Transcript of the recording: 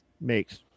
makes